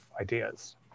ideas